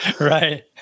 Right